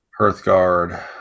Hearthguard